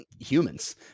humans